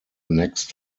next